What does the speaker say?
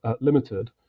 Limited